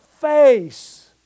face